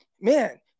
Man